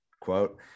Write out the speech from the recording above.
quote